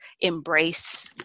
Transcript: embrace